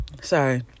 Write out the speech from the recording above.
Sorry